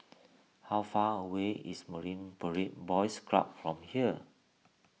how far away is Marine Parade Boys Club from here